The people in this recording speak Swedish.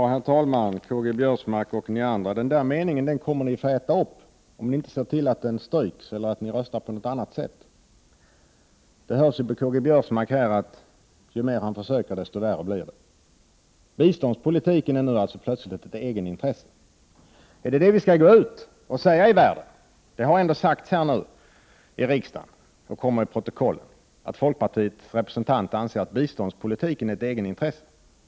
Herr talman! Karl-Göran Biörsmark och övriga kommer att få äta upp denna mening, om de inte ser till att den stryks eller röstar på något annat sätt. Ju mer Karl-Göran Biörsmark försöker, desto värre blir det. Biståndspolitiken är alltså nu plötsligt ett egenintresse. Är det vad vi skall gå ut i världen och säga? Det har sagts i riksdagen och kommer att stå i protokollet att folkpartiets representant anser att biståndspolitiken är ett egenintresse.